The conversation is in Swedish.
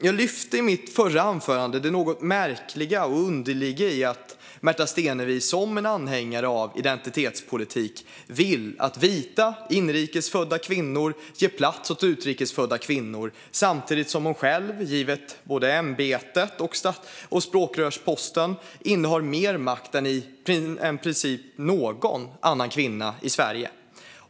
Jag lyfte i mitt förra anförande fram det något märkliga och underliga i att Märta Stenevi som anhängare av identitetspolitik vill att vita inrikes födda kvinnor ger plats åt utrikes födda kvinnor samtidigt som hon själv, givet både ämbetet och språkrörsposten, innehar mer makt än i princip någon annan kvinna i Sverige.